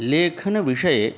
लेखनविषये